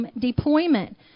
deployment